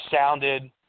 sounded